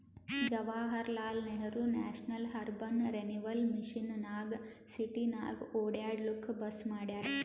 Jawaharlal Nehru national urban renewal mission ನಾಗ್ ಸಿಟಿನಾಗ್ ಒಡ್ಯಾಡ್ಲೂಕ್ ಬಸ್ ಮಾಡ್ಯಾರ್